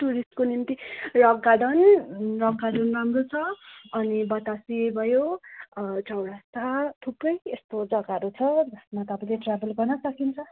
टुरिस्टको निम्ति rock garden rock garden राम्रो छ अनि बतासे भयो चौरस्ता थुप्रै यस्तो जग्गाहरू छ जसमा तपाईँले ट्रयाभल गर्न सकिन्छ